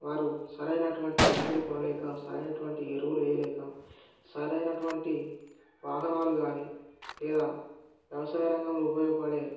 వారు సరైనటువంటి మందులు కొనలేక సరైనటువంటి ఎరువులు వేయ్యలేక సరైనటువంటి వాహనాలు గానీ లేదా వ్యవసాయ రంగంలో ఉపయోగపడే